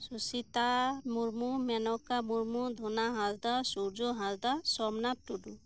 Susita Murmu Menoka Murmu Dhona Hansda Surjo Hansda Somnath Tudu